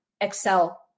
excel